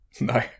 no